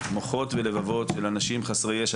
מוחות ולבבות של אנשים חסרי ישע,